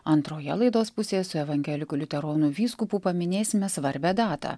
antroje laidos pusėje su evangeliku liuteronu vyskupu paminėsime svarbią datą